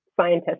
scientists